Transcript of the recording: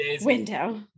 window